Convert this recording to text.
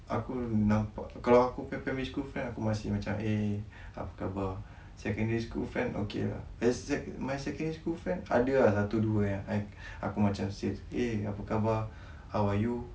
aku nampak kalau aku punya primary school friend aku masih macam eh apa khabar secondary school friend macam okay ah my secondary school friend ada ah satu dua yang aku macam say eh apa khabar how are you